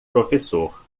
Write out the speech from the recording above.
professor